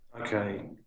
Okay